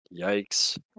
Yikes